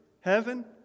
Heaven